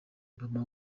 obama